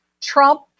Trump